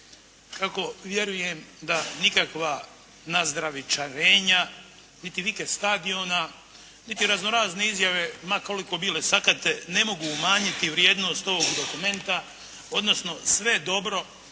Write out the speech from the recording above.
kako vjerujem da nikakva nazdravičarenja niti vike stadiona, niti razno razne izjave ma koliko bile sakate ne mogu umanjiti vrijednost ovog dokumenta, odnosno sve dobro